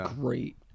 great